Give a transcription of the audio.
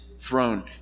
throne